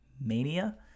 mania